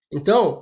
Então